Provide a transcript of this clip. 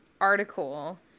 article